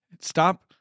stop